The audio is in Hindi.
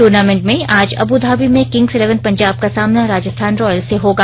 ट्र्नामेंट में आज अब् धाबी में किंग्स इलेवन पंजाब का सामना राजस्थान रॉयल्स से होगा